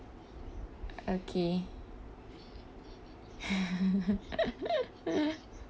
okay